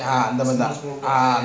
ah ah